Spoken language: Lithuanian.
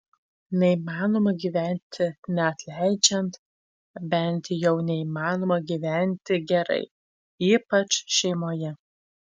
neįmanoma gyventi neatleidžiant bent jau neįmanoma gyventi gerai ypač šeimoje